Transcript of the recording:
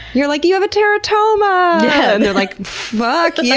you're like, you have a teratoma! they're like, fuck and yeah